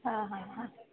हां हां हां